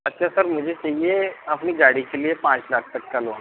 अच्छा सर मुझे चाहिए अपनी गाड़ी के लिए पाँच लाख का तक का लोन